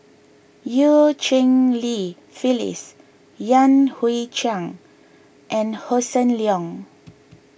Eu Cheng Li Phyllis Yan Hui Chang and Hossan Leong